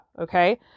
okay